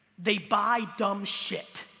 they buy dumb shit.